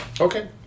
Okay